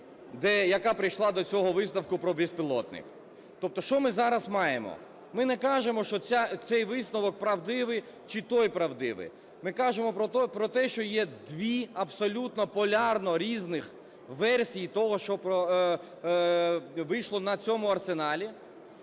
яка прийшла до цього висновку про безпілотник. Тобто що ми зараз маємо? Ми не кажемо, що цей висновок правдивий чи той правдивий. Ми кажемо про те, що є дві абсолютно полярно різних версій того, що вийшло на цьому арсеналі.